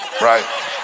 right